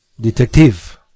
Detective